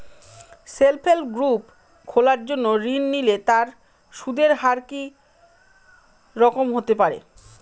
Self help group খোলার জন্য ঋণ নিলে তার সুদের হার কি রকম হতে পারে?